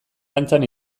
dantzan